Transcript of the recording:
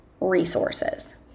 resources